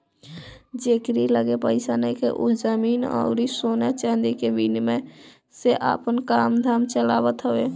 जेकरी लगे पईसा नइखे उ जमीन अउरी सोना चांदी के विनिमय से आपन काम धाम चलावत हवे